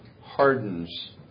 hardens